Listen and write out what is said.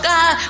God